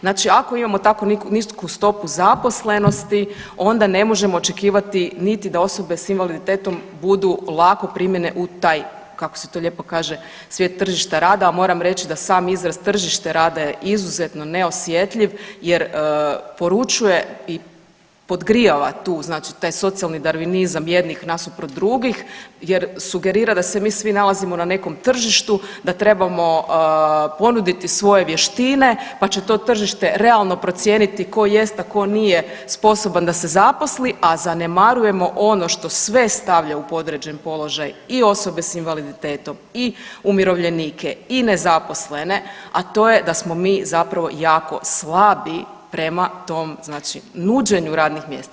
Znači ako imamo tako nisku stopu zaposlenosti, onda ne možemo očekivati niti da osobe s invaliditetom budu lako primljene u taj, kako se to lijepo kaže, svijet tržišta rada, a moram reći da sam izraz tržište rada je izuzetno neosjetljiv jer poručuje i podgrijava tu, znači taj socijalni darvinizam jednih nasuprot drugih jer sugerira da se mi svi nalazimo na nekom tržištu, da trebamo ponuditi svoje vještine pa će to tržište realno procijeniti tko jest, a tko nije sposoban da se zaposli, a zanemarujemo ono što sve stavlja u podređen položaj, i osobe s invaliditetom i umirovljenike i nezaposlene, a to je da smo mi zapravo jako slabi prema tom znači nuđenju radnih mjesta.